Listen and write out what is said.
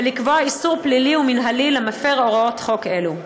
ולקבוע איסור פלילי ומינהלי למפר הוראות חוק אלו.